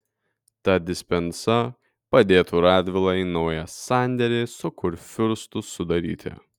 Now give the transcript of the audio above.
ta dispensa padėtų radvilai naują sandėrį su kurfiurstu sudaryti